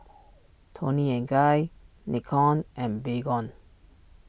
Toni and Guy Nikon and Baygon